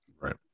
Right